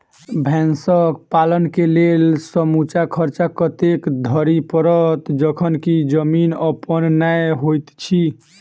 भैंसक पालन केँ लेल समूचा खर्चा कतेक धरि पड़त? जखन की जमीन अप्पन नै होइत छी